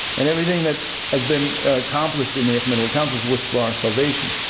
and everything that has been accomplished in the ecumenical councils, was for our salvation.